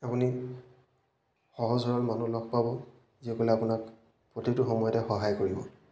আপুনি সহজ সৰল মানুহ লগ পাব যিসকলে আপোনাক প্ৰতিটো সময়তে সহায় কৰিব